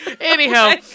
Anyhow